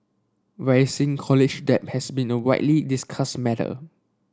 rising college debt has been a widely discussed matter